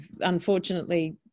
unfortunately